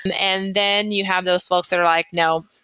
and and then you have those folks that are like, no.